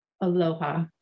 aloha